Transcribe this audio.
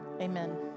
amen